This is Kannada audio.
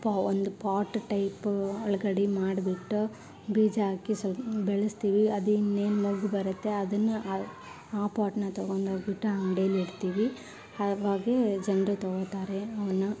ಪಾ ಪಾ ಒಂದು ಪಾಟ್ ಟೈಪು ಒಳಗಡೆ ಮಾಡಿಬಿಟ್ಟು ಬೀಜ ಹಾಕಿ ಸ್ವಲ್ಪ ಬೆಳೆಸ್ತೀವಿ ಅದು ಇನ್ನೇನು ಮೊಗ್ಗು ಬರುತ್ತೆ ಅದನ್ನು ಆ ಆ ಪಾಟ್ನ ತಗೊಂಡೋಗ್ಬಿಟ್ಟು ಅಂಗಡಿಯಲ್ ಇಡ್ತೀವಿ ಅವಾಗ ಜನರು ತಗೊತಾರೆ ಅವುನ್ನ